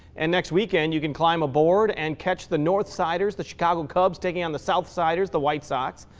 and, next weekend, you can climb aboard and catch the northsiders, the chicago cubs, taking on the southsiders, the white socks.